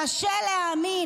קשה להאמין,